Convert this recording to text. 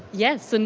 yes, and